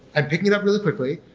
i'm picking it up really quickly,